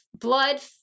blood